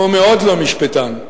הוא מאוד לא משפטן,